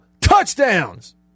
touchdowns